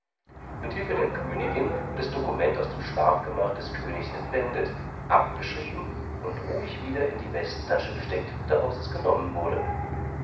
mit hilfe der königin wird das dokument aus dem schlafgemach des königs entwendet abgeschrieben und ruhig wieder in die westentasche gesteckt daraus es genommen wurde